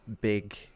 big